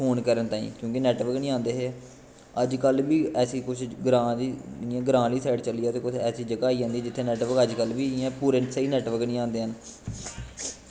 phone करन तांई उंदे नैटबर्क नी आंदे हे अज कल बी कुश ऐसी गरांऽ दी ग्रांऽ आह्ली साईड़ चली जाओ ते कुश ऐसी जगां आई जंदी जित्थें नैटबर्क अज्ज कल बी इयां पूरे स्हेई नैटबर्क नी आंदे हैन